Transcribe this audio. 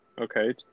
okay